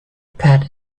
pat